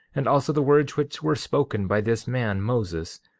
and also the words which were spoken by this man, moses,